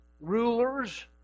rulers